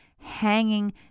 hanging